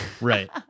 Right